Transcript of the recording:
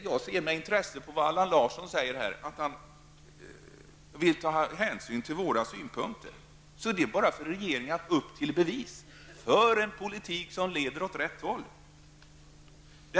Jag ser med intresse på vad Allan Larsson sade här, att han vill ta hänsyn till våra synpunkter. Då är det bara för regeringen att gå upp till bevis: För en politik som leder åt rätt håll!